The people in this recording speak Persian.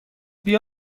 بیا